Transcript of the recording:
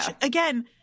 again